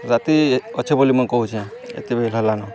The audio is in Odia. ରାତି ଅଛେ ବୋଲି ମୁଁ କହୁଚେଁ ଏତେବେଲ୍ ହେଲାନ